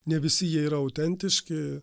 ne visi jie yra autentiški